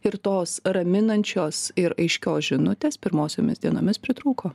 ir tos raminančios ir aiškios žinutės pirmosiomis dienomis pritrūko